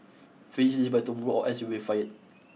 finish this by tomorrow or else you'll be fired